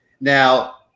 Now